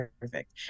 perfect